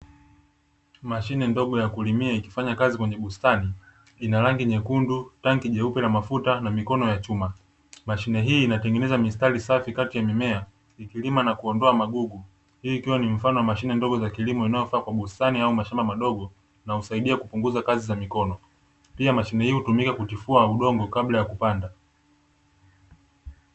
Mashine ndogo ya kulimia ikifanya kazi kwenye bustani, ina rangi nyekundu, tangi jeupe lenye mafuta na mikono ya chuma. Mashine hii inatengeneza mistari safi kati ya mimea, ikilima na kuondoa magugu. Hii ikiwa ni mfano wa mashine ndogo za kilimo zinazofaa kwa bustani au mashamba madogo na husaidia kupunguza kazi za mikono. Pia mashine hii hutumika kutifua udongo kabla ya kupanda.